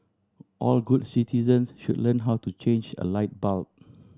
all good citizens should learn how to change a light bulb